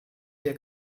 der